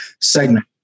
segment